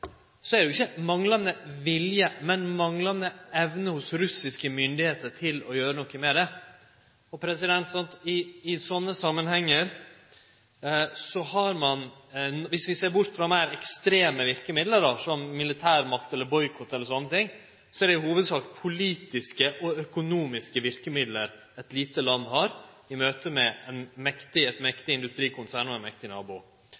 er det ikkje manglande vilje, men manglande evne hos russiske myndigheiter til å gjere noko med det. I sånne samanhengar er det – dersom vi ser bort frå meir ekstreme verkemiddel som militærmakt eller boikott eller sånne ting – i hovudsak politiske og økonomiske verkemiddel eit lite land har i møtet med eit mektig industrikonsern og ein mektig nabo.